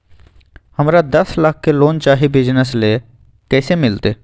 हमरा दस लाख के लोन चाही बिजनस ले, कैसे मिलते?